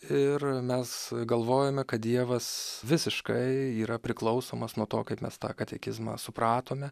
ir mes galvojame kad dievas visiškai yra priklausomas nuo to kaip mes tą katekizmą supratome